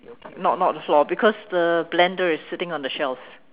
not not the floor because the blender is sitting on the shelves